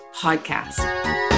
Podcast